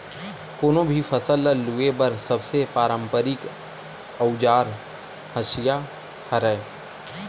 कोनो भी फसल ल लूए बर सबले पारंपरिक अउजार हसिया हरय